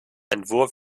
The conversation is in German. entwurf